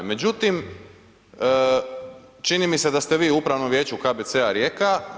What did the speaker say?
Međutim, čini mi se da ste vi u Upravnom vijeću KBC Rijeka.